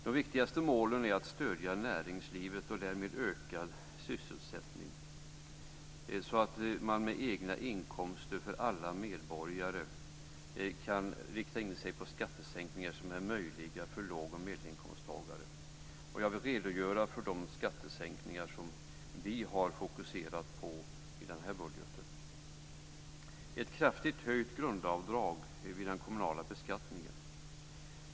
De viktigaste målen är att stödja näringslivet och därmed ökad sysselsättning med egna inkomster för alla medborgare samt att rikta in sig på möjliga skattesänkningar för låg och medelinkomsttagare. Jag vill redogöra för de skattesänkningar vi har fokuserat på i denna budget. Det ska vara ett kraftigt höjt grundavdrag vid den kommunala beskattningen.